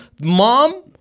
mom